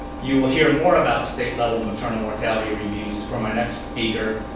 you will hear more about state-level maternal mortality reviews from our next speaker,